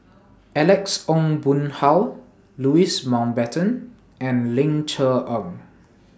Alex Ong Boon Hau Louis Mountbatten and Ling Cher Eng